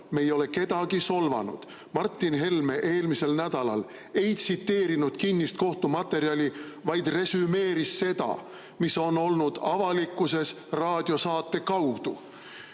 Me ei ole kedagi solvanud. Martin Helme eelmisel nädalal ei tsiteerinud kinnist kohtumaterjali, vaid resümeeris seda, mis on olnud avalikkuses raadiosaate kaudu.